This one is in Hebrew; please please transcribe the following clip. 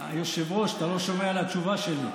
היושב-ראש, אתה לא שומע את התשובה שלי.